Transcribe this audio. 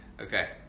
Okay